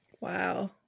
Wow